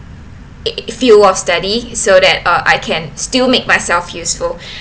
field of study so that uh I can still make myself useful